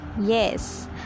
yes